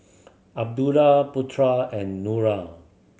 Abdullah Putra and Nura